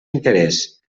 interès